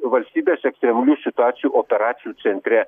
valstybės ekstremalių situacijų operacijų centre